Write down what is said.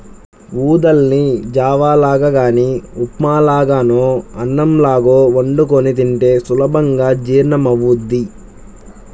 ఊదల్ని జావ లాగా గానీ ఉప్మా లాగానో అన్నంలాగో వండుకొని తింటే సులభంగా జీర్ణమవ్వుద్ది